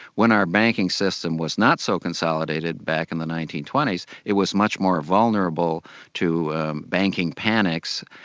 when our banking system was not so consolidated back in the nineteen twenty s, it was much more vulnerable to banking panics,